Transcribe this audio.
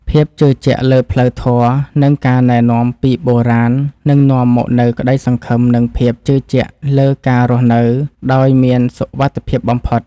ភាពជឿជាក់លើផ្លូវធម៌ និងការណែនាំពីបុរាណនឹងនាំមកនូវក្តីសង្ឃឹម និងភាពជឿជាក់លើការរស់នៅដោយមានសុវត្ថិភាពបំផុត។